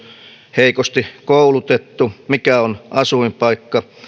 heikosti koulutettu mikä on asuinpaikka